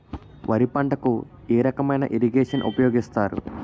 వరి పంటకు ఏ రకమైన ఇరగేషన్ ఉపయోగిస్తారు?